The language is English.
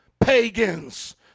pagans